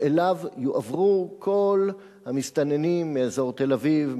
שאליו יועברו כל המסתננים מאזור תל-אביב,